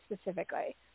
specifically